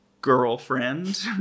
girlfriend